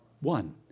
one